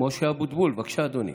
משה אבוטבול, בבקשה, אדוני.